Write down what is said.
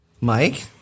Mike